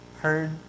heard